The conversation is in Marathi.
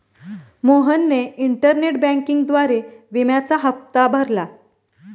मोहनने इंटरनेट बँकिंगद्वारे विम्याचा हप्ता भरला